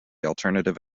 alternative